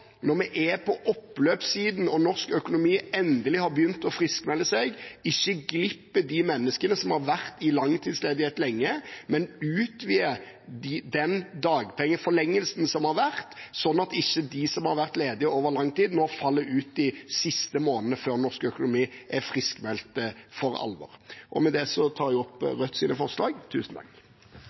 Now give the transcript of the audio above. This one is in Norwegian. når vi er på oppløpssiden og norsk økonomi endelig har begynt å friskmelde seg, ikke glipper de menneskene som har vært i langtidsledighet lenge, men utvider den dagpengforlengelsen som har vært, slik at ikke de som har vært ledige over lang tid, nå faller ut de siste månedene før norsk økonomi er friskmeldt for alvor. Med det tar jeg opp Rødts forslag.